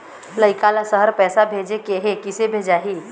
लइका ला शहर पैसा भेजें के हे, किसे भेजाही